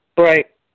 Right